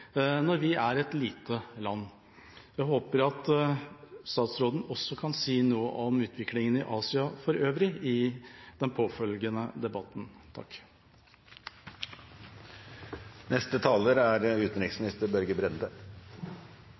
når vi er et lite land. Jeg håper at statsråden også kan si noe om utviklinga i Asia for øvrig i den påfølgende debatten.